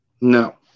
No